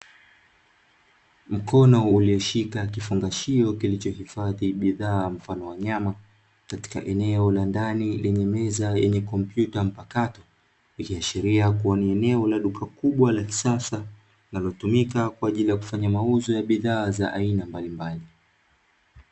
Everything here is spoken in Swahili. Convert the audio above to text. Mkono ulioshika kifungashio kilichohifadhi bidhaa mfano wa nyama, katika eneo la ndani lenye meza yenye kompyuta mpakato; ikiashiria kuwa ni eneo la duka kubwa la kisasa, linalotumika kwa ajili ya kufanya mauzo ya bidhaa za aina mbalimbali.